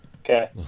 Okay